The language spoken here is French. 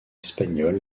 espagnols